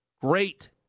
great